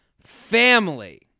family